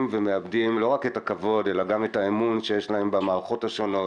ומאבדים לא רק את הכבוד אלא את האמון שיש להם במערכות השונות,